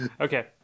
Okay